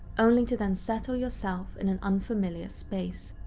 only to then settle yourself in an unfamiliar space.